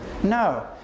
No